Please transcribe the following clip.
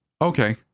Okay